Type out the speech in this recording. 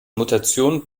mutation